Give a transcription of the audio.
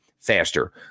faster